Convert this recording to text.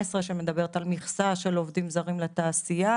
שמדברת על מכסה של עובדים זרים לתעשייה.